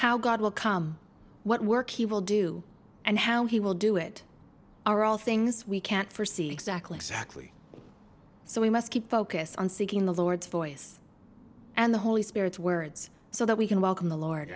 how god will come what work he will do and how he will do it are all things we can't forsee exactly exactly so we must keep focused on seeking the lord's voice and the holy spirit words so that we can welcome the lord